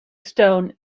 stone